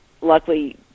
Luckily